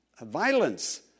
violence